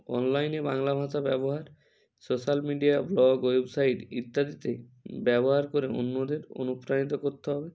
অনলাইনে বাংলা ভাষা ব্যবহার সোশাল মিডিয়া ব্লগ ওয়েবসাইট ইত্যাদিতে ব্যবহার করে অন্যদের অনুপ্রাণিত করতে হবে